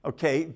Okay